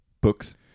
books